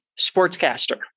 sportscaster